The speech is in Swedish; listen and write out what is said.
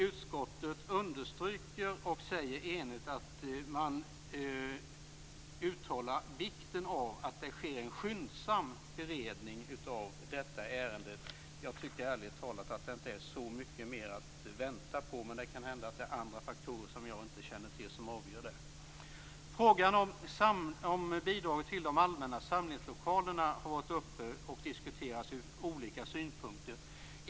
Utskottet understryker, och uttalar enigt, vikten av att det sker en skyndsam beredning av detta ärende. Jag tycker ärligt talat inte att det är så mycket mer att vänta på. Men det kan hända att det finns andra faktorer, som jag inte känner till, som avgör det. Frågan om bidraget till de allmänna samlingslokalerna har varit upp och diskuterats ur olika synvinklar.